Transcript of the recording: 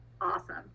Awesome